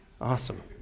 Awesome